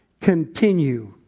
continue